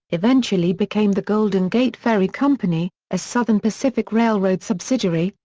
eventually became the golden gate ferry company, a southern pacific railroad subsidiary,